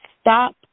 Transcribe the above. stop